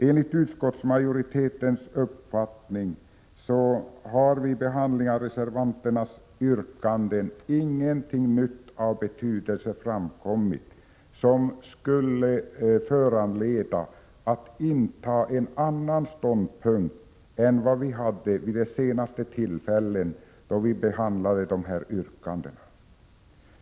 Enligt utskottsmajoritetens uppfattning har vid behandlingen av reservan ternas yrkanden inget nytt av betydelse framkommit som skulle föranleda utskottet att inta en annan ståndpunkt än vid de senaste tillfällen som dessa yrkanden behandlades.